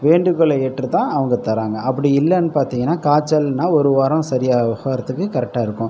வேண்டுகோள ஏற்று தான் அவங்க தராங்க அப்படி இல்லைனு பார்த்திங்கன்னா காய்ச்சல்னா ஒரு வாரம் சரி ஆகிறதுக்கு கரெக்ட்டாக இருக்கும்